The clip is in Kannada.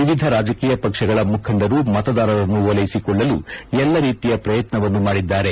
ವಿವಿಧ ರಾಜಕೀಯ ಪಕ್ಷಗಳ ಮುಖಂಡರು ಮತದಾರರನ್ನು ಓಲೈಸಿಕೊಳ್ಳಲು ಎಲ್ಲಾ ರೀತಿಯ ಪ್ರಯತ್ನವನ್ನು ಮಾಡಿದ್ದಾರೆ